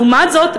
לעומת זאת,